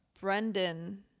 Brendan